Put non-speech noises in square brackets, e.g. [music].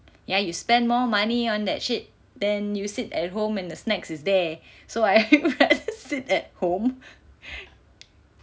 ya you spend more money on that shit then you sit at home and the snacks is there so I [laughs] sit at home [noise]